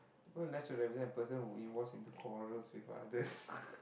on left shoulder represent a person who involves into quarrel with others